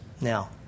Now